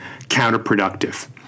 counterproductive